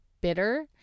bitter